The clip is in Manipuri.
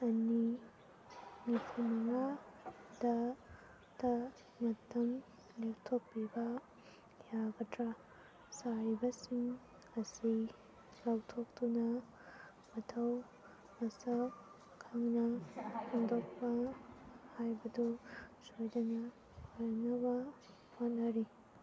ꯑꯅꯤ ꯅꯤꯐꯨꯃꯉꯥꯗ ꯇ ꯃꯇꯝ ꯂꯦꯞꯊꯣꯛꯄꯤꯕ ꯌꯥꯒꯗ꯭ꯔ ꯆꯥꯏꯔꯤꯕꯁꯤꯡ ꯑꯁꯤ ꯂꯧꯊꯣꯛꯇꯨꯅ ꯃꯊꯧ ꯃꯁꯛ ꯈꯪꯅ ꯍꯨꯟꯗꯣꯛꯄ ꯍꯥꯏꯕꯗꯨ ꯁꯣꯏꯗꯅ ꯂꯩꯍꯟꯅꯕ ꯍꯣꯠꯅꯔꯤ